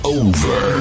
over